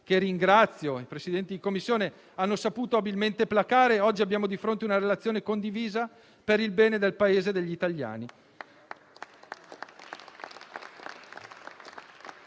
che più volte i Presidenti di Commissione - che ringrazio - hanno saputo abilmente placare, oggi abbiamo di fronte una relazione condivisa, per il bene del Paese e degli italiani.